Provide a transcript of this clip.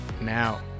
now